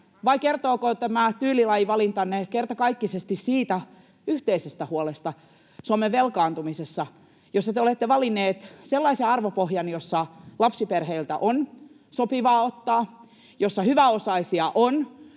Vai kertooko tämä tyylilajivalintanne kertakaikkisesti siitä yhteisestä huolesta Suomen velkaantumisessa, missä te olette valinneet sellaisen arvopohjan, jossa lapsiperheiltä on sopivaa ottaa, jossa hyväosaisia on